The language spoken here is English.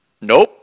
Nope